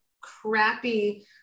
crappy